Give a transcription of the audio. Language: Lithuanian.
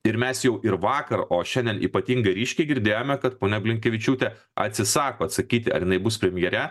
ir mes jau ir vakar o šiandien ypatingai ryškiai girdėjome kad ponia blinkevičiūtė atsisako atsakyti ar jinai bus premjere